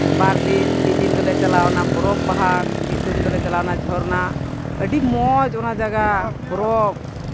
ᱵᱟᱨᱫᱤᱱ ᱢᱤᱫ ᱫᱤᱱ ᱫᱚᱞᱮ ᱪᱟᱞᱟᱣᱱᱟ ᱵᱚᱨᱚᱯᱷ ᱯᱟᱦᱟᱲ ᱢᱤᱫ ᱫᱤᱱ ᱫᱚᱞᱮ ᱪᱟᱞᱟᱣᱱᱟ ᱡᱷᱚᱨᱱᱟ ᱟᱹᱰᱤ ᱢᱚᱡᱽ ᱚᱱᱟ ᱡᱟᱭᱜᱟ ᱵᱚᱨᱚᱯᱷ